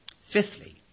Fifthly